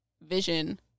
vision